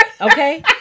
okay